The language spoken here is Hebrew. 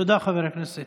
תודה, חבר הכנסת